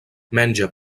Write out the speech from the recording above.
menja